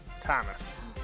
Thomas